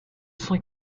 cent